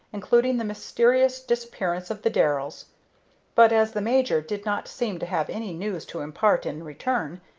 including the mysterious disappearance of the darrells but, as the major did not seem to have any news to impart in return,